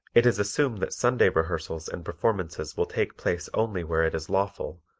it is assumed that sunday rehearsals and performances will take place only where it is lawful,